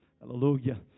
Hallelujah